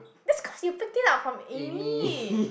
that's cause you picked it up from Amy